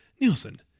Nielsen